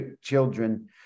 children